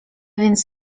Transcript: więc